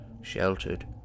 sheltered